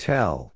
Tell